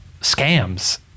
scams